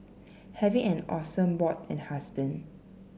having an awesome bod and husband